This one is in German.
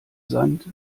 sand